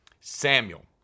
Samuel